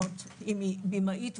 אם היא בימאית,